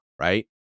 Right